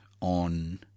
on